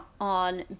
on